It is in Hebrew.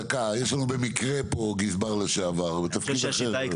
דקה גברתי, במקרה יש לנו גזבר לשעבר, בתפקיד אחר.